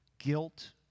guilt